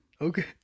Okay